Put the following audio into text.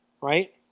right